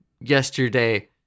yesterday